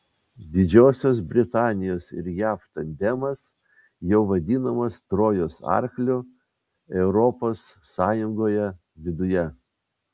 didžiosios britanijos ir jav tandemas jau vadinamas trojos arkliu europos sąjungoje viduje